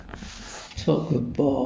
err